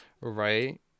Right